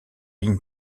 lignes